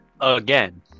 again